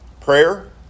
prayer